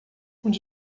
onde